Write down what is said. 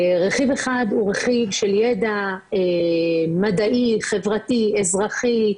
רכיב באחד הוא רכיב של ידע מדעי, חברתי, אזרחי,